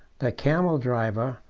the camel driver,